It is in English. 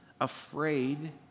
afraid